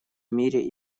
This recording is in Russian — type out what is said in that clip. мире